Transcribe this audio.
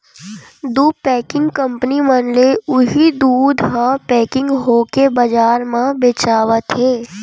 दू packing company मन ले उही दूद ह पेकिग होके बजार म बेचावत हे